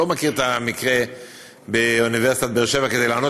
אני לא מכיר את המקרה באוניברסיטת באר שבע כדי לענות